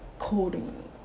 coding